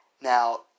now